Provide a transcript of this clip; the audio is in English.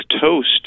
toast